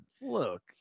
look